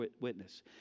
witness